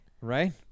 right